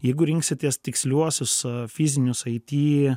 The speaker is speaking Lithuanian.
jeigu rinksitės tiksliuosius fizinius it